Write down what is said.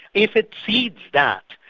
if it cedes that,